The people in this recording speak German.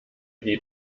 die